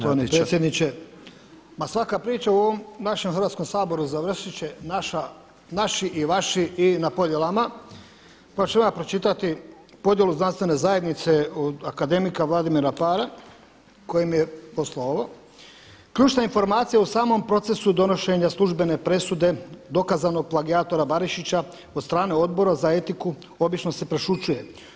Poštovani predsjedniče, ma svaka priča u ovom našem Hrvatskom saboru završit će naši i vaši i na podjelama, pa ću vam ja pročitati podjelu Znanstvene zajednice od akademika Vladimira Para koji mi je poslao ovo – „Ključna informacija u samom procesu donošenja službene presude dokazanog plagijatora Barišića od strane Odbora za etiku obično se prešućuje.